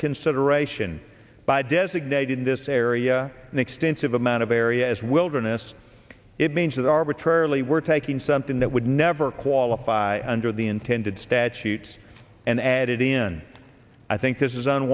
consideration by designating this area an extensive amount of area as wilderness it means that arbitrarily we're taking something that would never qualify under the intended statutes and added in i think this is